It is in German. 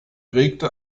regte